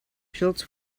schultz